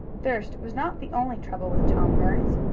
thirst was not the only trouble with tom burns.